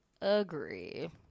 agree